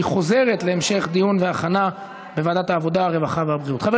לוועדת העבודה, הרווחה והבריאות נתקבלה.